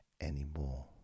anymore